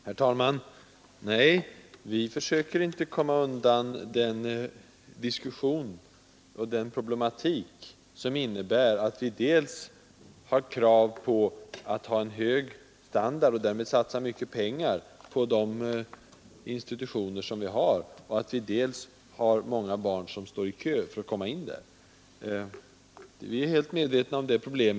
Herr talman! Nej, folkpartiet försöker inte komma undan en diskussion om de problem som det innebär att vi dels har krav på en hög standard och därmed satsar mycket pengar på institutionerna, dels har många barn som står i kö för att komma in där och att alltså fler platser behövs. Vi är helt medvetna om detta problem.